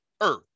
Earth